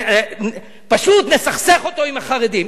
פשוט נסכסך אותו עם החרדים.